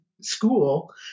school